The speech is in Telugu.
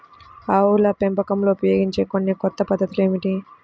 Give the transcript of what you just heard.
ఆవుల పెంపకంలో ఉపయోగించే కొన్ని కొత్త పద్ధతులు ఏమిటీ?